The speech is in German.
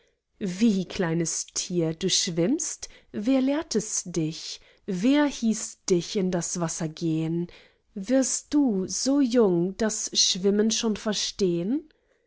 wie kleines tier du schwimmst wer lehrt es dich wer hieß dich in das wasser gehen wirst du so jung das schwimmen schon verstehen